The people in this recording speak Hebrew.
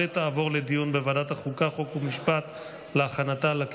לוועדת החוקה, חוק ומשפט נתקבלה.